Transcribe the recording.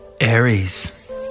Aries